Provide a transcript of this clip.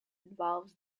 involves